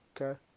Okay